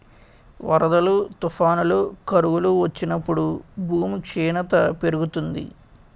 వరదలు, తుఫానులు, కరువులు వచ్చినప్పుడు భూమి క్షీణత పెరుగుతుంది